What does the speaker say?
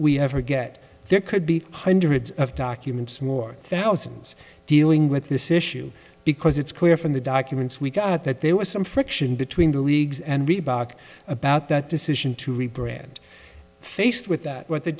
we ever get there could be hundreds of documents more thousands dealing with this issue because it's clear from the documents we got that there was some friction between the leagues and reebok about that decision to rebrand faced with that what the